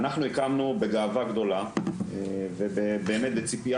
אנחנו הקמנו בגאווה גדולה ובאמת בציפייה